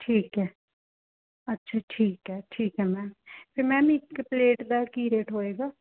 ਠੀਕ ਹੈ ਅੱਛਾ ਠੀਕ ਹੈ ਠੀਕ ਹੈ ਮੈਮ ਫਿਰ ਮੈਮ ਇੱਕ ਪਲੇਟ ਦਾ ਕੀ ਰੇਟ ਹੋਵੇਗਾ